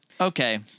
okay